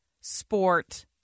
sport